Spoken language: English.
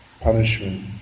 punishment